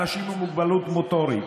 אנשים עם מוגבלות מוטורית,